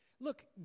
look